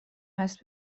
هست